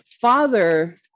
father